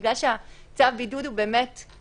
בגלל שצו הבידוד הוא כללי.